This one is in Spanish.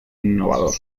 innovador